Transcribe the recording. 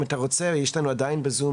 אם אתה רוצה, יש לנו עדיין בזום.